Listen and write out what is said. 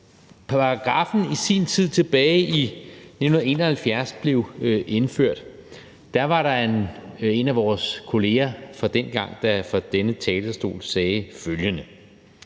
paragraffen i sin tid, tilbage i 1971, blev indført, var der en af vores kolleger fra dengang, der fra denne talerstol sagde følgende: